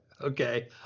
Okay